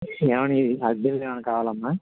ఏమని అద్దె ఇళ్ళు ఏమైనా కావాలా అమ్మ